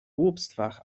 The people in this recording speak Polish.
głupstwach